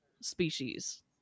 species